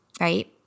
right